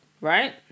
Right